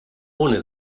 ohne